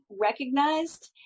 recognized